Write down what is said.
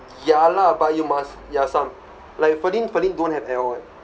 ya lah but you must ya some like ferlyn ferlyn don't have at all eh